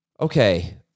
Okay